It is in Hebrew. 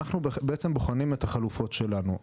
אנחנו בעצם בוחנים את החלופות שלנו.